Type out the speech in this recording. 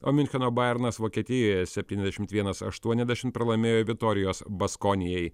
o miuncheno bajernas vokietijoje septyniasdešimt vienas aštuoniasdešimt pralaimėjo vitorijos baskonijai